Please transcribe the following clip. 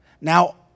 Now